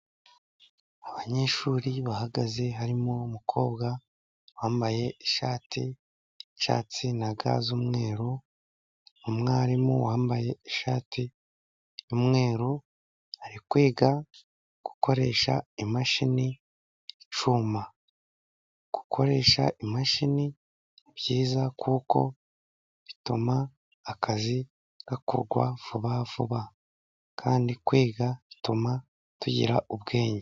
Abanyeshuri bahagaze harimo umukobwa wambaye ishati y'icyatsi na ga z'umweru, umwarimu wambaye ishati y'umweru, ari kwiga gukoresha imashini y'icyuma. Gukoresha imashini ni byiza, kuko bituma akazi gakorwa vuba vuba, kandi kwiga bituma tugira ubwenge.